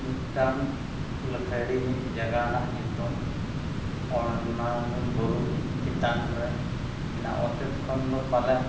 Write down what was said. ᱢᱤᱫᱴᱟᱱ ᱞᱟᱹᱠᱷᱟᱹᱲᱤ ᱢᱤᱫ ᱡᱟᱭᱜᱟ ᱨᱮᱱᱟᱜ ᱧᱩᱛᱩᱢ ᱚᱱᱟ ᱫᱚ ᱵᱩᱨᱩ ᱪᱮᱛᱟᱱ ᱨᱮ ᱢᱮᱱᱟᱜᱼᱟ ᱚᱛᱮᱫ ᱠᱷᱚᱱ ᱫᱚ ᱯᱟᱞᱮᱱ